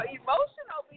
emotional